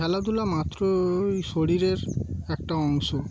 খেলাধুলা মাত্র ওই শরীরের একটা অংশ